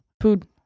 Food